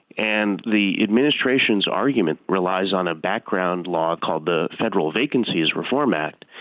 and the administration's argument relies on a background law called the federal vacancies reform act.